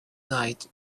night